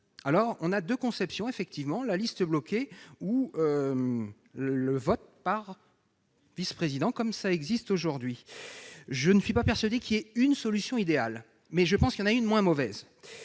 tout sauf anodin. Entre la liste bloquée ou le vote par vice-président comme aujourd'hui, je ne suis pas persuadé qu'il y ait une solution idéale, mais je pense qu'il y en a une moins mauvaise.